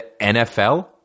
NFL